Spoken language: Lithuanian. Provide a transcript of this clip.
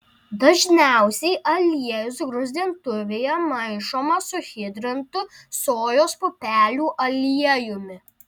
dažniausiai aliejus gruzdintuvėje maišomas su hidrintu sojos pupelių aliejumi